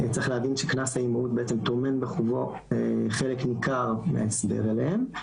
צריך להבין שקנס האימהות בעצם טומן בחובו חלק ניכר מההסדר אליהם.